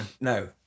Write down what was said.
no